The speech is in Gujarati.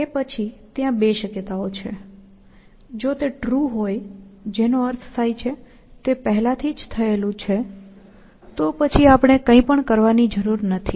તે પછી ત્યાં બે શક્યતાઓ છે જો તે ટ્રુ હોય જેનો અર્થ થાય છે તે પહેલા થી જ થયેલું છે તો પછી આપણે કંઈ પણ કરવાની જરૂર નથી